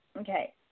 Okay